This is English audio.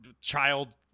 child